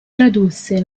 tradusse